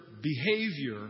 behavior